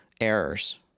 errors